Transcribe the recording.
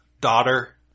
daughter